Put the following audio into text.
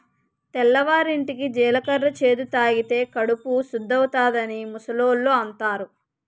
తెల్లవారింటికి జీలకర్ర చేదు తాగితే కడుపు సుద్దవుతాదని ముసలోళ్ళు అంతారు